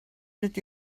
did